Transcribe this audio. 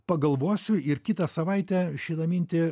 pagalvosiu ir kitą savaitę šitą mintį